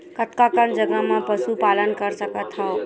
कतका कन जगह म पशु पालन कर सकत हव?